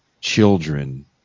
children